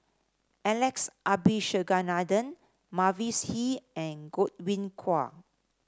Alex Abisheganaden Mavis Hee and Godwin Koay